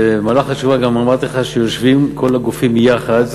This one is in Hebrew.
במהלך השבוע גם אמרתי לך שיושבים כל הגופים יחד,